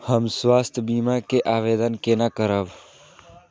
हम स्वास्थ्य बीमा के आवेदन केना करब?